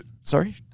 sorry